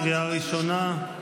קריאה ראשונה.